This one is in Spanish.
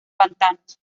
pantanos